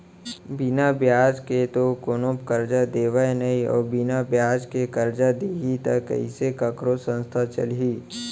बिना बियाज के तो कोनो करजा देवय नइ अउ बिना बियाज के करजा दिही त कइसे कखरो संस्था चलही